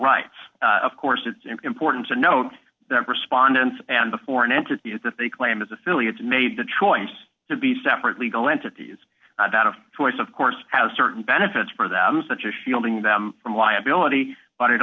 rights of course it's important to note that respondents and the foreign entities that they claim as affiliates made the choice to be separate legal entities that of choice of course have certain benefits for them such as shielding them from liability but it